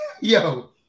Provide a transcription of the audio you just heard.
Yo